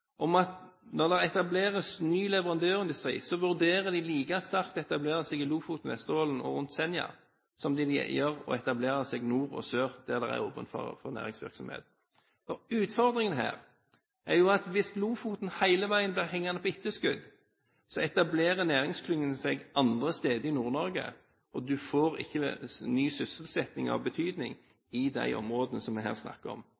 om arbeidsplasser, slik at de når det etableres ny leverandørindustri, vurderer like sterkt å etablere seg i Lofoten, Vesterålen og rundt Senja som i nord og sør der det er åpent for næringsvirksomhet. Utfordringen her er at hvis Lofoten hele veien blir hengende på etterskudd, etablerer næringsklyngen seg andre steder i Nord-Norge, og man får ikke ny sysselsetting av betydning i de områdene som vi her snakker om.